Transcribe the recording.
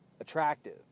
attractive